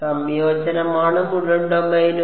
സംയോജനമാണ് മുഴുവൻ ഡൊമെയ്നും